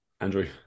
Andrew